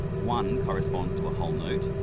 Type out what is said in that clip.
one corresponds to a whole note,